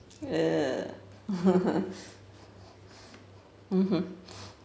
mmhmm